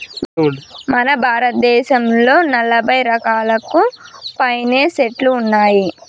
మన భారతదేసంలో నలభై రకాలకు పైనే సెట్లు ఉన్నాయి